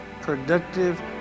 productive